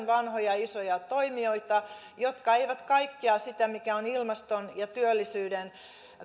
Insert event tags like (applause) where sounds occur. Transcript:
(unintelligible) vanhoja isoja toimijoita jotka eivät kaikkea sitä mikä on ilmaston ja työllisyyden